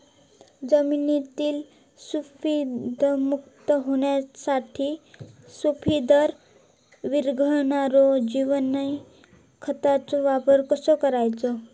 जमिनीतील स्फुदरमुक्त होऊसाठीक स्फुदर वीरघळनारो जिवाणू खताचो वापर कसो करायचो?